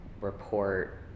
report